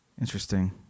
Interesting